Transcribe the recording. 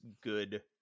good